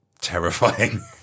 terrifying